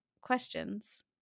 questions